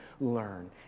learn